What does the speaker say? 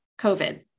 COVID